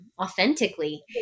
authentically